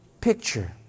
picture